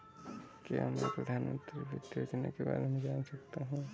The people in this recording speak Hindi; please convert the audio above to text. क्या मैं प्रधानमंत्री वित्त योजना के बारे में जान सकती हूँ?